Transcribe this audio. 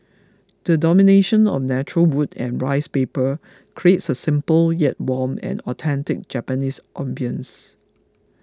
the domination of natural wood and rice paper creates a simple yet warm and authentic Japanese ambience